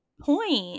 point